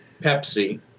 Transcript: Pepsi